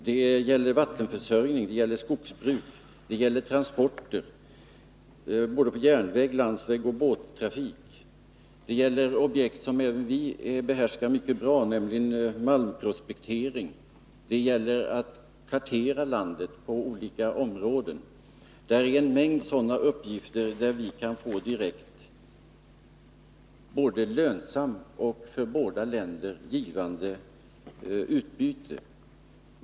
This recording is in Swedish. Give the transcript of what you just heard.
Det gäller vattenförsörjning, skogsbruk och transporter — både på järnväg och på landsväg samt båttrafik. Det rör sig om objekt som vi behärskar mycket bra, nämligen malmprospektering, och det gäller att kartera landet på olika områden. Det är en mängd sådana uppgifter, där vi kan få ett både lönsamt och givande utbyte för båda länderna.